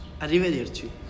Arrivederci